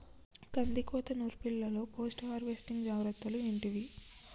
కందికోత నుర్పిల్లలో post harvesting జాగ్రత్తలు ఏంటివి?